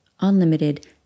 unlimited